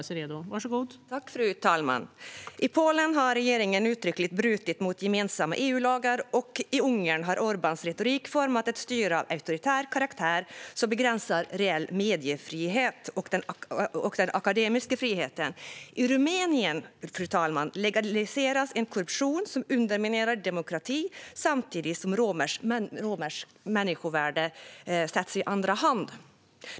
Fru talman! I Polen har regeringen uttryckligen brutit mot gemensamma EU-lagar, och i Ungern har Orbáns retorik format ett styre av auktoritär karaktär som begränsar reell mediefrihet och den akademiska friheten. Fru talman! I Rumänien legaliseras en korruption som underminerar demokratin samtidigt som romers människovärde sätts i andra hand.